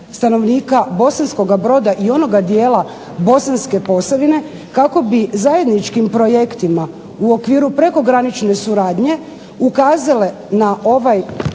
stanovnika Bosanskoga Broda, i onoga dijela bosanske Posavine, kako bi zajedničkim projektima, u okviru prekogranične suradnje ukazale na ovaj,